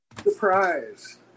Surprise